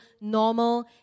normal